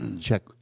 check